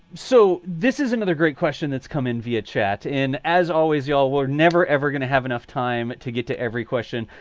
so this is another great question that's come in via chat. and as always, you all were never, ever going to have enough time to get to every question.